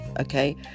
okay